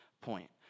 point